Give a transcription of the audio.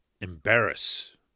embarrass